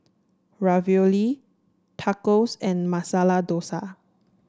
Ravioli Tacos and Masala Dosa